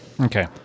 Okay